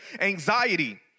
anxiety